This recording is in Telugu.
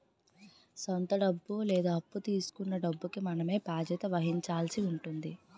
సొంత డబ్బు లేదా అప్పు తీసుకొన్న డబ్బుకి మనమే బాధ్యత వహించాల్సి ఉంటుంది